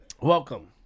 Welcome